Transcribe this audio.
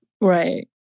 Right